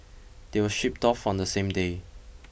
they were shipped off on the same day